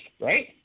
right